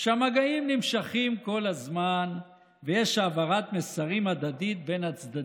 שהמגעים נמשכים כל הזמן ויש העברת מסרים הדדית בין הצדדים.